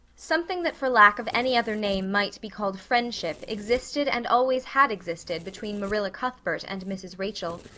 something that for lack of any other name might be called friendship existed and always had existed between marilla cuthbert and mrs. rachel,